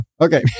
Okay